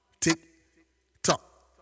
Tick-tock